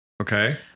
Okay